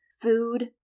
food